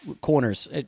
corners